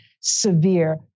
severe